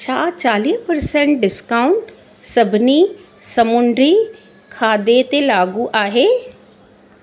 छा चालीह percent discount सभिनी समूंडी खाधे ते लागू आहे